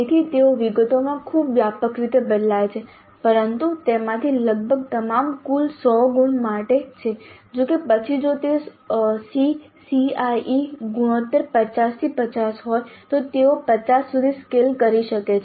તેથી તેઓ વિગતોમાં ખૂબ વ્યાપક રીતે બદલાય છે પરંતુ તેમાંથી લગભગ તમામ કુલ 100 ગુણ માટે છે જો કે પછી જો તેઓ SEE CIE ગુણોત્તર 5050 હોય તો તેઓ 50 સુધી સ્કેલ કરી શકે છે